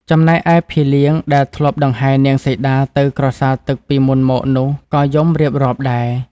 ចំណែកឯភីលៀងដែលធ្លាប់ដង្ហែរនាងសីតាទៅក្រសាលទឹកពីមុនមកនោះក៏យំរៀបរាប់ដែរ។